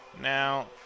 Now